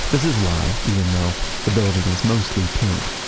this is why even though the building is mostly pink,